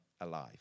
alive